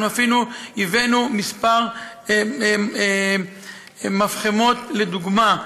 אפילו הבאנו כמה מפחמות לדוגמה,